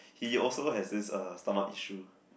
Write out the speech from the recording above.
he also has this uh stomach issue